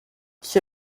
qui